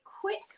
quick